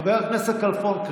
חבר הכנסת כלפון,